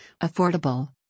affordable